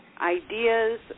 ideas